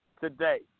today